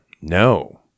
No